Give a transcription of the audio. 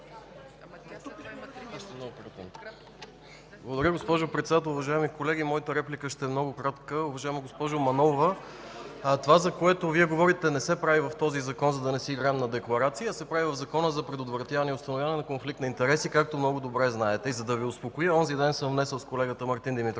Благодаря, госпожо Председател. Уважаеми колеги, моята реплика ще е много кратка. Уважаема госпожо Манолова, това, за което говорите, не се прави в този Закон, за да не си играем на декларации, а се прави в Закона за предотвратяване и установяване на конфликт на интереси, както много добре знаете. За да Ви успокоя, онзи ден сме внесли с колегата Мартин Димитров